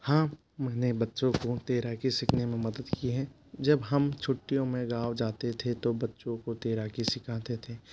हाँ मैंने बच्चों को तैराकी सीखने में मदद की हैं जब हम छुट्टियों में गाँव जाते थे तो बच्चों को तैराकी सिखाते थे